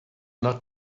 not